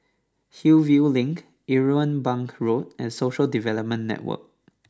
Hillview Link Irwell Bank Road and Social Development Network